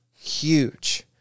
huge